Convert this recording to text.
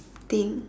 thing